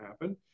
happen